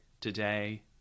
today